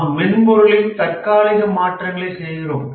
நாம் மென்பொருளில் தற்காலிக மாற்றங்களைச் செய்கிறோம்